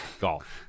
golf